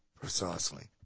Precisely